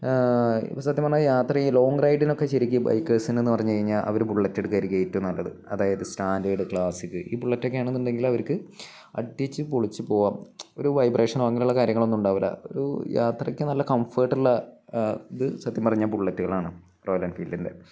ഇപ്പോള് സത്യം പറഞ്ഞാല് യാത്ര ഈ ലോങ് റൈഡിനൊക്കെ ശരിക്ക് ബൈക്കേഴ്സിനെന്ന് പറഞ്ഞുകഴിഞ്ഞാൽ അവര് ബുള്ളറ്റ് എടുക്കുകയായിരിക്കും ഏറ്റവും നല്ലത് അതായത് സ്റ്റാന്ഡേര്ഡ് ക്ലാസ്സിക് ഈ ബുള്ളറ്റൊക്കെയാണെന്നുണ്ടെങ്കില് അവർക്ക് അടിച്ചുപൊളിച്ച് പോകാം ഒരു വൈബ്രേഷനോ അങ്ങനെയുള്ള കാര്യങ്ങളോ ഒന്നുമുണ്ടാകില്ല ഒരു യാത്രയ്ക്ക് നല്ല കംഫേർട്ടുള്ള ഇത് സത്യം പറഞ്ഞാല് ബുള്ളറ്റുകളാണ് റോയൽ എൻഫീൽഡിൻ്റെ